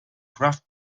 craft